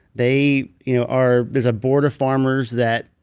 they you know are. there's a board of farmers that.